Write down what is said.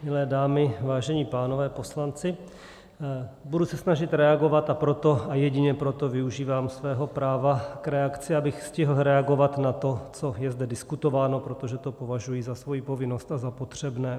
Milé dámy, vážení pánové, poslanci, budu se snažit reagovat, a proto, jedině proto využívám svého práva k reakci, abych stihl reagovat na to, co je zde diskutováno, protože to považuji za svoji povinnost a za potřebné.